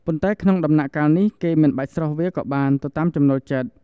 ប៉ុន្តែក្នុងដំណាក់កាលនេះគេមិនបាច់ស្រុះវាក៏បានទៅតាមចំណូលចិត្ត។